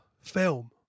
film